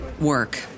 work